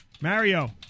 Mario